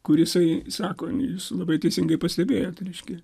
kur jisai sako jūs labai teisingai pastebėjot reiškia